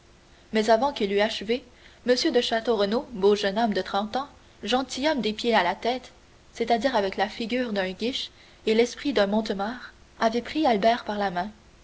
mais avant qu'il eût achevé m de château renaud beau jeune homme de trente ans gentilhomme des pieds à la tête c'est-à-dire avec la figure d'un guiche et l'esprit d'un mortemart avait pris albert par la main